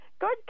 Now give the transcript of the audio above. Good